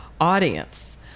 audience